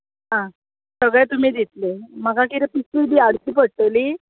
आं सगळें तुमी दितलीं म्हाका कितें पिशवी बी हाडची पडटली